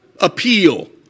appeal